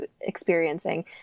experiencing